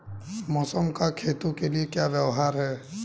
मौसम का खेतों के लिये क्या व्यवहार है?